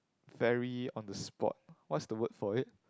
very on the spot what's the word for it